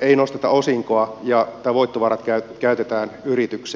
ei nosteta osinkoa tai voittovarat käytetään yritykseen